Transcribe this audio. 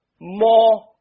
more